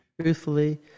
truthfully